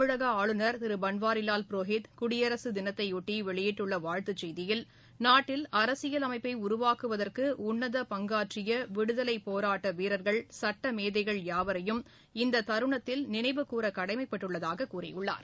தமிழக ஆளுநர் திரு பன்வாரிலால் புரோஹித் குடியரசு தினத்தையொட்டி வெளியிட்டுள்ள வாழ்த்துச் செய்தியில் நாட்டில் அரசியல் அமைப்பை உருவாக்குவதற்கு உன்னத பங்காற்றிய விடுதலைப் போராட்ட வீரர்கள் சட்ட மேதைகள் யாவரையும் இந்த தருணத்தில் நினைவுகூற கடமைப்பட்டுள்ளதாகக் கூறியுள்ளார்